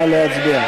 נא להצביע.